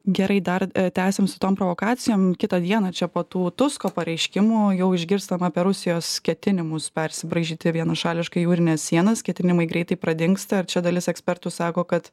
gerai dar tęsim su tom provokacijom kitą dieną čia po tų tusko pareiškimų jau išgirstam apie rusijos ketinimus persibraižyti vienašališkai jūrines sienas ketinimai greitai pradingsta ar čia dalis ekspertų sako kad